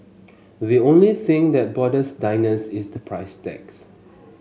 the only thing that bothers diners is the price tags